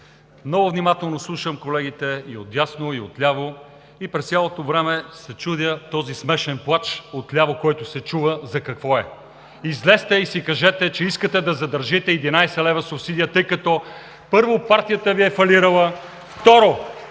Много внимателно слушам колегите и от дясно, и от ляво, и през цялото време се чудя този смешен плач отляво, който се чува, за какво е. Излезте и си кажете, че искате да задържите 11 лв. субсидия, тъй като, първо, партията Ви е фалирала.